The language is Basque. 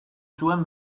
zuen